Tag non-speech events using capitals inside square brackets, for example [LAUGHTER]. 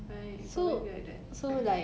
right it'll probably be like that [COUGHS]